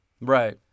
right